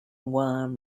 worm